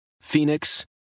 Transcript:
Phoenix